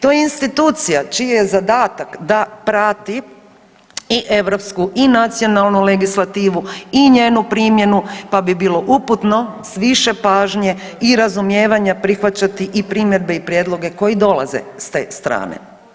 To je institucija čiji je zadatak da prati i europsku i nacionalnu legislativu i njenu primjenu, pa bi bilo uputno s više pažnje i razumijevanja prihvaćati i primjedbe i prijedloge koji dolaze s te strane.